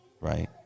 Right